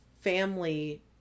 family